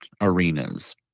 arenas